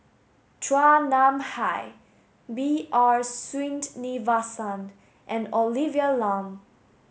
Chua Nam Hai B R Sreenivasan and Olivia Lum